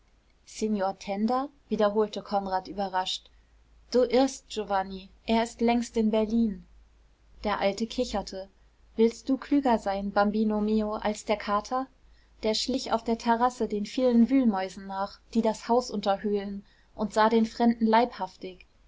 tenda wiederholte konrad überrascht du irrst giovanni er ist längst in berlin der alte kicherte willst du klüger sein bambino mio als der kater der schlich auf der terrasse den vielen wühlmäusen nach die das haus unterhöhlen und sah den fremden leibhaftig